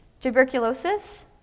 tuberculosis